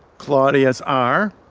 claudius r,